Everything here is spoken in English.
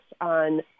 on